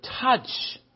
touch